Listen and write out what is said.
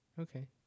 Okay